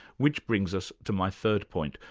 which brings us to my third point,